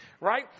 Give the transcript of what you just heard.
right